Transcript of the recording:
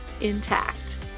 intact